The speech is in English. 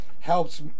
Helps